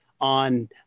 on